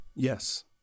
Yes